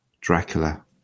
Dracula